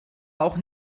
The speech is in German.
auch